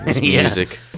music